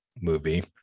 movie